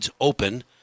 Open